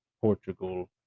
Portugal